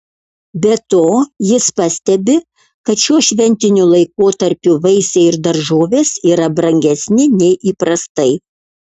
be to jis pastebi kad šiuo šventiniu laikotarpiu vaisiai ir daržovės yra brangesni nei įprastai